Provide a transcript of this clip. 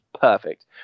perfect